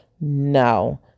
no